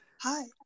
Hi